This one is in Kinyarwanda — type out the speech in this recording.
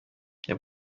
iyo